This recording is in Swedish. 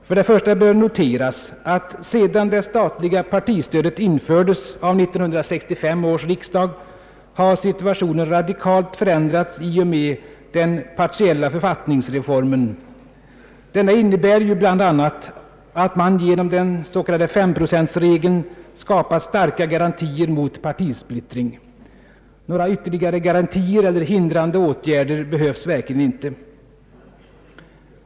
För det första bör noteras, att sedan det statliga partistödet infördes av 1965 års riksdag har situationen radikalt förändrats i och med den partiella författningsreform som beslutats. Denna innebär ju bl.a. att man genom den s.k. fyraprocentregeln skapat starka garantier mot partisplittring. Några ytterligare garantier eller hindrande åtgärder behövs verkligen inte.